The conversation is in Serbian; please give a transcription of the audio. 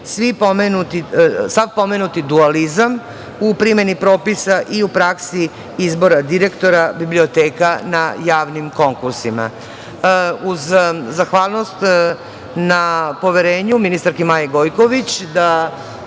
sav pomenuti dualizam u primeni propisa i u praksi izbora direktora biblioteka na javnim konkursima. Uz zahvalnost na poverenju ministarki Maji Gojković u